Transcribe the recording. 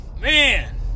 man